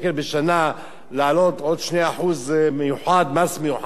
להעלות עוד 2% מס מיוחד בשנה,